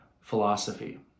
philosophy